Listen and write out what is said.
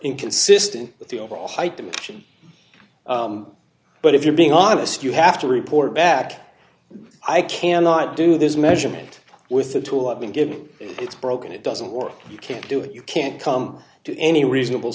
inconsistent with the overall height dimension but if you're being honest you have to report back i cannot do this measurement with a tool i've been given it's broken it doesn't work you can't do it you can't come to any reasonable